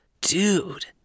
Dude